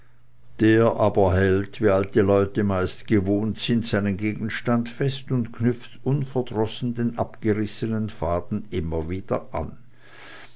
der aber hält wie alte leute meist gewohnt sind seinen gegenstand fest und knüpft unverdrossen den abgerissenen faden immer neu wieder an